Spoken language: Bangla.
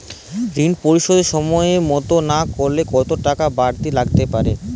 ঋন পরিশোধ সময় মতো না করলে কতো টাকা বারতি লাগতে পারে?